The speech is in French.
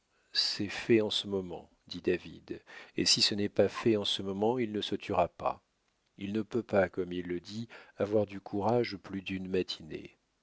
c'est fait en ce moment dit david et si ce n'est pas fait en ce moment il ne se tuera pas il ne peut pas comme il le dit avoir du courage plus d'une matinée